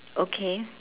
okay